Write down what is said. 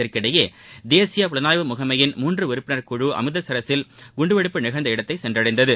இதற்கிடையே தேசிய புலனாய்வு முகமையின் மூன்று உறுப்பினர் குழு அமிர்தசரஸில் குண்டுவெடிப்பு நிகழ்ந்த இடத்தை சென்றடைந்தது